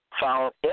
found